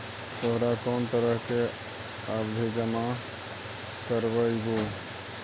तोहरा कौन तरह के आवधि जमा करवइबू